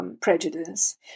Prejudice